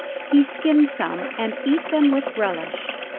he skinned some and eat them with relish.